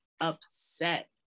upset